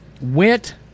went